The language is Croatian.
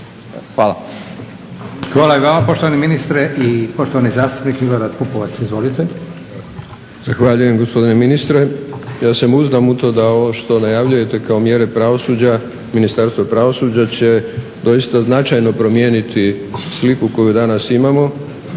Hvala i vama poštovani ministre. I poštovani zastupnik Milorad Pupovac. Izvolite. **Pupovac, Milorad (SDSS)** Zahvaljujem gospodine ministre. Ja se uzdam u to da ovo što najavljujete kao mjere pravosuđa, Ministarstvo pravosuđa će doista značajno promijeniti sliku koju danas imamo.